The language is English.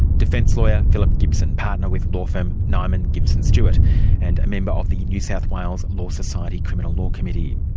defence lawyer philip gibson, partner with law firm nyman gibson stewart and a member of the new south wales law society's criminal law committee.